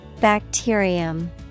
Bacterium